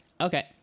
Okay